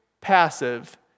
passive